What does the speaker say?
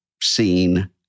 seen